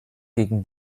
gegen